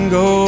go